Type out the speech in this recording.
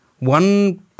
One